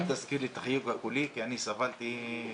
אל תזכיר לי את החיוג הקולי, כי אני סבלתי ימים,